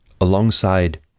alongside